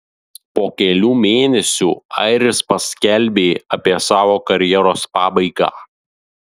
po kelių mėnesių airis paskelbė apie savo karjeros pabaigą